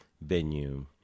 venue